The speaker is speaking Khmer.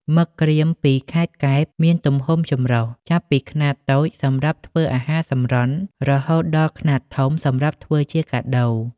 មឹកក្រៀមពីខេត្តកែបមានទំហំចម្រុះ ចាប់ពីខ្នាតតូចសម្រាប់ធ្វើអាហារសម្រន់ រហូតដល់ខ្នាតធំសម្រាប់ធ្វើជាកាដូ។